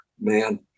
man